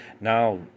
now